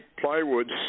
plywood